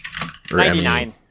99